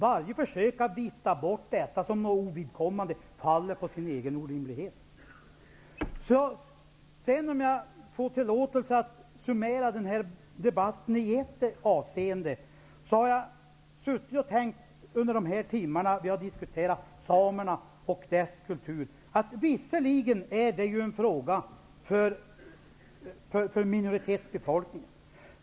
Varje försök att vifta bort detta som ovidkommande faller på sin egen orimlighet. Under de timmar vi har diskuterat samerna och deras kultur har jag tänkt på att det visserligen är en fråga för minoritetsbefolkningen.